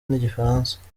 n’igifaransa